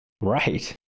Right